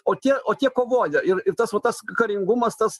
o tie o tie kovoja ir ir tas va tas karingumas tas